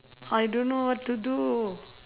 I don't know what to do